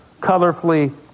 colorfully